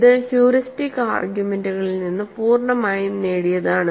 ഇത് ഹ്യൂറിസ്റ്റിക് ആർഗ്യുമെന്റുകളിൽ നിന്ന് പൂർണ്ണമായും നേടിയതാണ്